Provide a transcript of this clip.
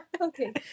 okay